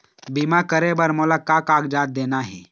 बीमा करे बर मोला का कागजात देना हे?